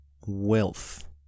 wealth